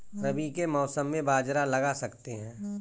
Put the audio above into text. रवि के मौसम में बाजरा लगा सकते हैं?